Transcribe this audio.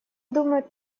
думают